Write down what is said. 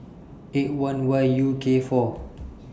eight one Y U K four